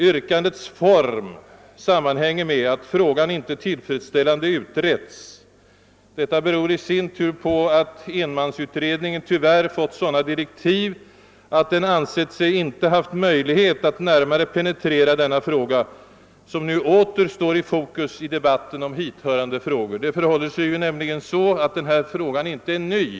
Yrkandets form sammanhänger med att frågan inte tillfredsställande utretts. Detta beror i sin tur på att enmansutredningen tyvärr fått sådana direktiv att den ansett sig inte ha haft möjlighet att närmare penetrera denna fråga, som nu åter står i fokus i debatten om hithörande frågor. Det förhåller sig ju nämligen så, att denna fråga inte är ny.